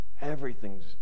Everything's